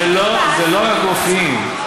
זה לא רק רופאים,